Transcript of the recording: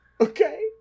Okay